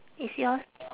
is yours